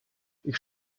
ich